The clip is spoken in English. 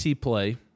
play –